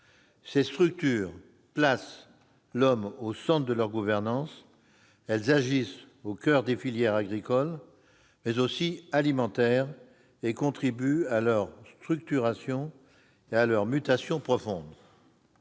Ces structures placent l'homme au centre de leur gouvernance ; elles agissent au coeur des filières agricoles, mais aussi alimentaires, et contribuent à leur structuration et à leurs mutations profondes.